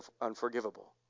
unforgivable